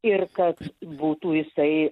ir kad būtų jisai